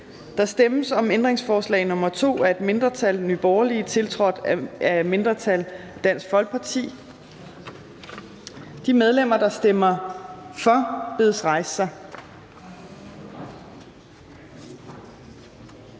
Der stemmes om ændringsforslag nr. 2 af et mindretal (NB), tiltrådt af et mindretal (DF). De medlemmer, der stemmer for, bedes rejse sig.